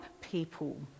people